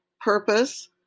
purpose